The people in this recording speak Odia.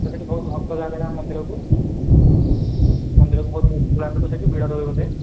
ସେଠାକୁ ବହୁତ ଭକ୍ତ ଯାଆନ୍ତି ନା ମନ୍ଦିରକୁ ମନ୍ଦିରକୁ ବହୁତ ଭକ୍ତ ଯାଆନ୍ତି ସେଠି ଭିଡ଼ ରହେ ବୋଧେ